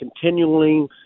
continuing